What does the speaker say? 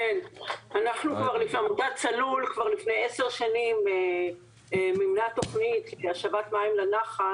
כבר לפני עשר שנים מימנה תכנית של השבת מים לנחל,